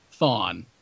Thawne